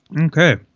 Okay